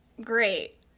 great